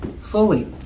fully